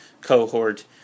cohort